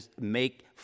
make